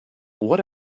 what